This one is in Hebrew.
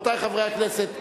חברי חברי הכנסת,